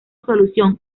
solución